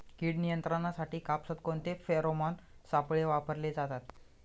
कीड नियंत्रणासाठी कापसात कोणते फेरोमोन सापळे वापरले जातात?